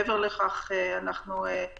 מעבר לכך, אנחנו, כמובן,